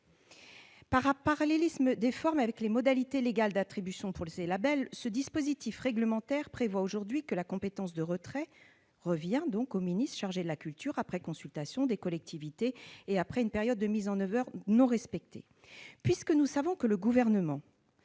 Par parallélisme des formes avec les modalités légales d'attribution de ces labels, ce dispositif réglementaire prévoit aujourd'hui que la compétence de retrait revient au ministre chargé de la culture, après consultation des collectivités et après une période de mise en demeure non respectée. Puisque, nous le savons, le Gouvernement